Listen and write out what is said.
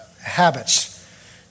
habits